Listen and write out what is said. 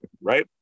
right